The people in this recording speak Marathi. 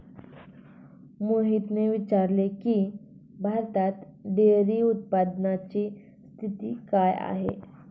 मोहितने विचारले की, भारतात डेअरी उत्पादनाची स्थिती काय आहे?